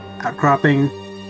outcropping